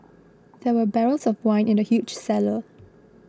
there were barrels of wine in the huge cellar